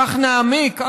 כך נעמיק,